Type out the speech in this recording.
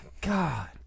God